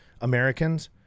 Americans